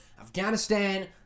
Afghanistan